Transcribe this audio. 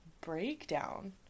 breakdown